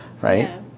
right